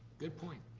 good point.